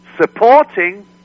supporting